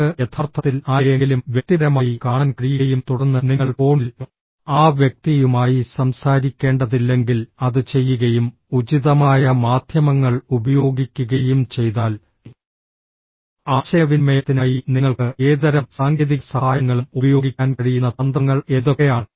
നിങ്ങൾക്ക് യഥാർത്ഥത്തിൽ ആരെയെങ്കിലും വ്യക്തിപരമായി കാണാൻ കഴിയുകയും തുടർന്ന് നിങ്ങൾ ഫോണിൽ ആ വ്യക്തിയുമായി സംസാരിക്കേണ്ടതില്ലെങ്കിൽ അത് ചെയ്യുകയും ഉചിതമായ മാധ്യമങ്ങൾ ഉപയോഗിക്കുകയും ചെയ്താൽ ആശയവിനിമയത്തിനായി നിങ്ങൾക്ക് ഏതുതരം സാങ്കേതിക സഹായങ്ങളും ഉപയോഗിക്കാൻ കഴിയുന്ന തന്ത്രങ്ങൾ എന്തൊക്കെയാണ്